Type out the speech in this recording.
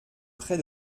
près